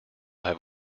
have